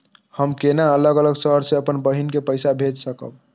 हम केना अलग शहर से अपन बहिन के पैसा भेज सकब?